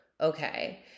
okay